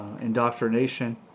Indoctrination